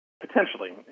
Potentially